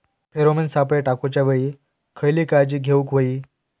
Pheromone सापळे टाकूच्या वेळी खयली काळजी घेवूक व्हयी?